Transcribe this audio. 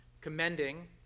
commending